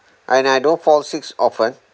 and I don't fall sick often